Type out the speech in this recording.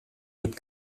mit